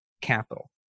capital